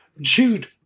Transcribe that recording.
Jude